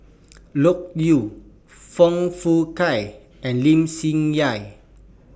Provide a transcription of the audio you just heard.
Loke Yew Foong Fook Kay and Lim Swee Say